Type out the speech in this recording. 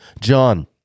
John